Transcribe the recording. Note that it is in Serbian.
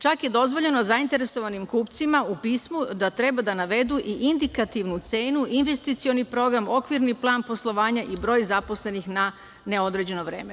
Čak je dozvoljeno zainteresovanim kupcima u pismu da treba da navedu i indikativnu cenu investicioni program, okvirni plan poslovanja i broj zaposlenih na neodređeno vreme.